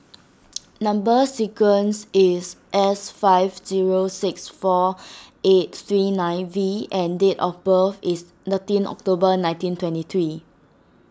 Number Sequence is S five zero six four eight three nine V and date of birth is thirteen October nineteen twenty three